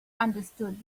understood